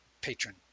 patron